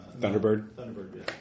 Thunderbird